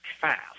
fast